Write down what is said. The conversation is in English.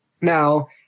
Now